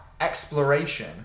exploration